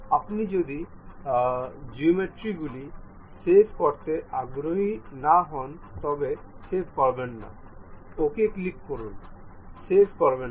আপনি যদি জিওমেট্রি গুলি সেভ করতে আগ্রহী না হন তবে সেভ করবেন না OK ক্লিক করুন সেভ করবেন না